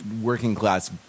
working-class